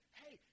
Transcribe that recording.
hey